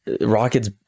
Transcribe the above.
rocket's